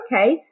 Okay